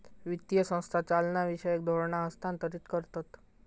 वित्तीय संस्था चालनाविषयक धोरणा हस्थांतरीत करतत